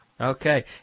Okay